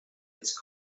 its